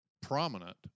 prominent